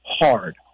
hard